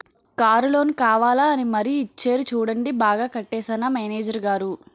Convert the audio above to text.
Car loan కావాలా అని మరీ ఇచ్చేరు చూడండి బాగా కట్టేశానా మేనేజరు గారూ?